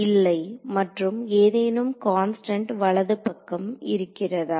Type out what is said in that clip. இல்லை மற்றும் ஏதேனும் கான்ஸ்டன்ட் வலதுகைப் பக்கம் இருக்கிறதா